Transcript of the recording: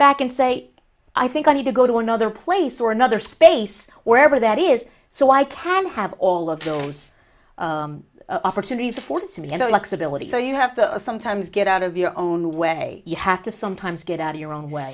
back and say i think i need to go to another place or another space wherever that is so i can have all of those opportunities afforded to be you know like civility so you have to sometimes get out of your own way you have to sometimes get out of your own way